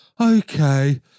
okay